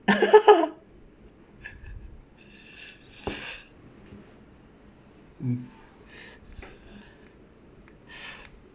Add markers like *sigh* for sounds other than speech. *laughs*